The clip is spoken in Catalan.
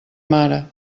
mare